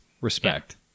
Respect